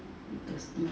thirsty